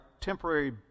temporary